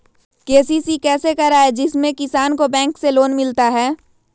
KCC कैसे कराये जिसमे किसान को बैंक से लोन मिलता है?